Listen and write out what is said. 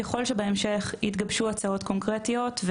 ככל שבהמשך יתגבשו הצעות קונקרטיות,